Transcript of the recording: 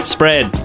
Spread